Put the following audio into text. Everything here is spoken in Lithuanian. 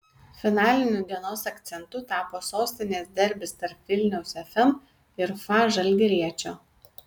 finaliniu dienos akcentu tapo sostinės derbis tarp vilniaus fm ir fa žalgiriečio